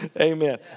Amen